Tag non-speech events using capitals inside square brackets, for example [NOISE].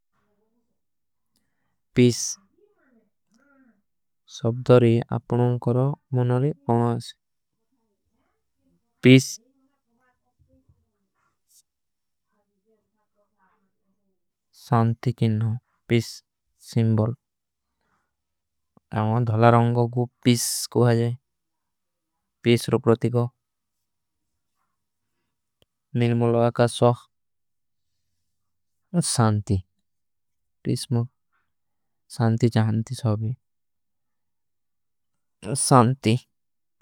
ପିସ୍ସ [NOISE] ସବ୍ଦରୀ ଆପନୋଂ କରୋ ମୁନରୀ। ଆଜ ପିସ୍ସ ଶାଂତୀ କିନ ହୋ ପିସ୍ସ ସିମ୍ବଲ। ଯହାଁ ଧଲାରଂଗ କୋ ପିସ୍ସ କୋ ହାଜେ ପିସ୍ସ ରୋ। ପ୍ରତିକୋ ନିଲମୁଲ ଆକା ସ୍ଵାଖ ଶାଂତୀ ପିସ୍ସ। ମୁଝ ଶାଂତୀ ଚାହାଂତୀ ସଭୀ ସଂତୀ।